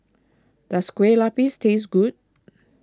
does Kueh Lapis taste good